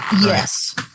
Yes